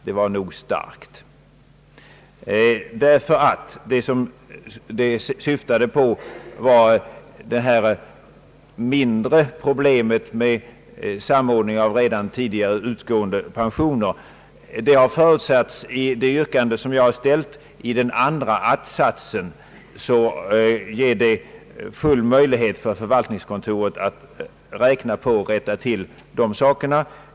Det var nog starkt, ty det syftade på det mindre problemet med samordning av redan tidigare utgående pensioner, vilket har förutsetts i det yrkande som jag har ställt. Den andra att-satsen ger full möjlighet för förvaltningskontoret att räkna på och rätta till dessa saker.